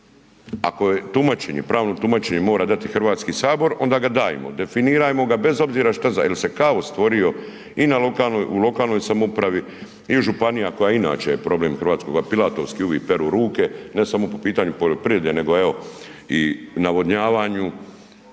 ako je tumačenje, pravno tumačenje mora dati HS onda ga dajmo. Definirajmo ga, bez obzira što jer se kaos stvorio i u lokalnoj samoupravi i županija koja inače je problem hrvatskoga, pilatovski uvijek peru ruke, ne samo po pitanju poljoprivrede, nego evo, navodnjavanju,